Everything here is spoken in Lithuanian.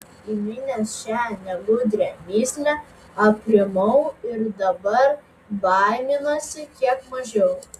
įminęs šią negudrią mįslę aprimau ir dabar baiminuosi kiek mažiau